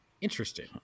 Interesting